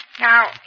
Now